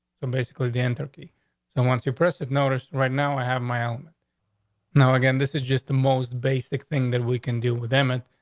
um basically, the and turkey, the and one suppresses notice. right now, i have my own no. again, this is just the most basic thing that we can do with them and,